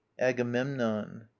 Agamemnon